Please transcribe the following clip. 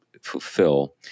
fulfill